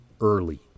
early